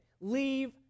leave